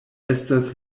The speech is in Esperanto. estas